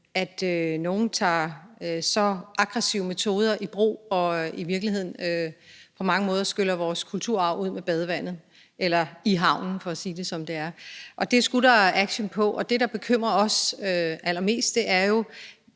at nogle tager så aggressive metoder i brug og i virkeligheden på mange måder skyller vores kulturarv ud med badevandet – eller i havnen, for at sige det, som det er. Det skulle der tages action på, og det, der bekymrer os allermest, er jo,